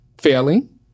failing